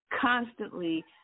constantly